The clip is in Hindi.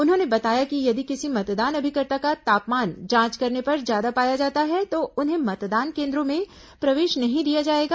उन्होंने बताया कि यदि किसी मतदान अभिकर्ता का तापमान जांच करने पर ज्यादा पाया जाता है तो उन्हें मतदान केन्द्रों में प्रवेश नहीं दिया जाएगा